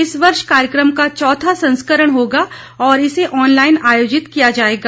इस वर्ष कार्यक्रम का चौथा संस्करण होगा और इसे ऑनलाइन आयोजित किया जाएगा